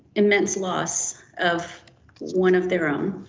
immense loss of one of their own,